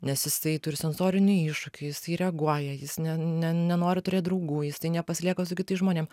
nes jisai turi sensorinių iššūkių jisai reaguoja jis ne ne nenori turėt draugų jisai nepasilieka su kitais žmonėm